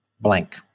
blank